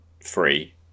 free